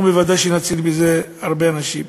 ודאי שנציל בזה אנשים רבים.